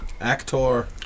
Actor